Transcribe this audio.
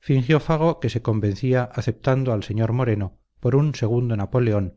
fingió fago que se convencía aceptando al sr moreno por un segundo napoleón